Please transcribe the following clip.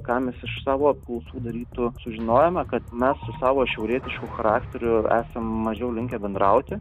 ką mes iš savo apklausų darytų sužinojome kad mes su savo šiaurietišku charakteriu esam mažiau linkę bendrauti